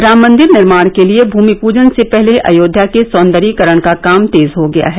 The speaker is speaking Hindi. राम मंदिर निर्माण के लिए भूमि पूजन से पहले अयोध्या के सौन्दर्यीकरण का काम तेज हो गया है